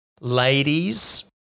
Ladies